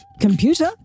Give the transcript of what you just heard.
Computer